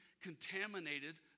contaminated